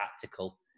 tactical